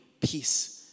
peace